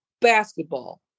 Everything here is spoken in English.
basketball